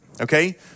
Okay